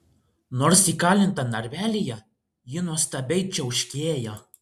nors įkalinta narvelyje ji nuostabiai čiauškėjo